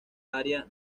área